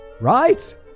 Right